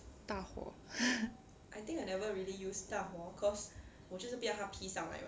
大火